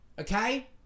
okay